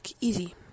easy